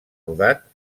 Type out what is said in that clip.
rodat